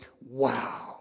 wow